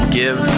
give